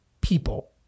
people